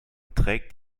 trägt